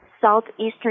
southeastern